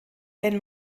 wenn